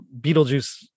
Beetlejuice